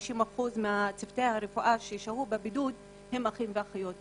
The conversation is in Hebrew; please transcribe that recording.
מצוותי הרפואה ששהו בבידוד הם אחים ואחיות,